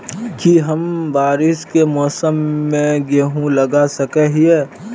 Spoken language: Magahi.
की हम बारिश के मौसम में गेंहू लगा सके हिए?